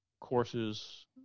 courses